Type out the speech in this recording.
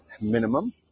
minimum